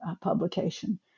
publication